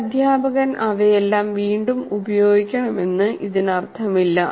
ഒരു അധ്യാപകൻ അവയെല്ലാം വീണ്ടും ഉപയോഗിക്കണമെന്ന് ഇതിനർത്ഥമില്ല